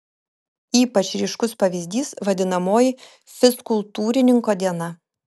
ypač ryškus pavyzdys vadinamoji fizkultūrininko diena